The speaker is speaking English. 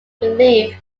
belief